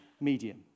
medium